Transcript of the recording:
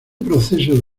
proceso